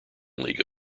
league